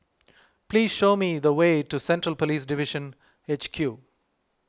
please show me the way to Central Police Division H Q